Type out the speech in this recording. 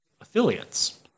affiliates